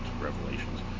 Revelations